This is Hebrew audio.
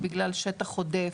בגלל שטח עודף,